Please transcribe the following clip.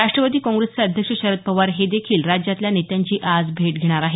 राष्ट्रवादी काँग्रेसचे अध्यक्ष शरद पवार हे ही राज्यातील नेत्यांची आज भेट घेणार आहेत